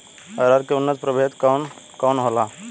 अरहर के उन्नत प्रभेद कौन कौनहोला?